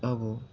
ᱟᱵᱚ